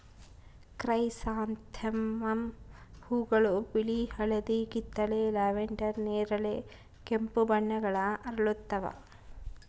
chrysanthemum ಹೂವುಗಳು ಬಿಳಿ ಹಳದಿ ಕಿತ್ತಳೆ ಲ್ಯಾವೆಂಡರ್ ನೇರಳೆ ಕೆಂಪು ಬಣ್ಣಗಳ ಅರಳುತ್ತವ